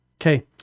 Okay